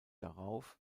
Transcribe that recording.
darauf